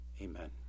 Amen